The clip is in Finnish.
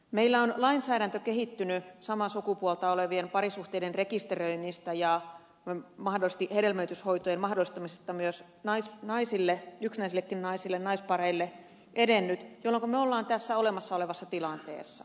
meillä on lainsäädäntö kehittynyt samaa sukupuolta olevien parisuhteiden rekisteröinnistä ja hedelmöityshoitojen mahdollistaminen myös yksinäisillekin naisille naispareille on edennyt jolloinka me olemme tässä olemassa olevassa tilanteessa